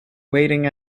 waiting